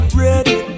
ready